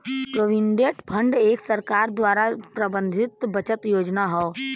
provident fund एक सरकार द्वारा प्रबंधित बचत योजना हौ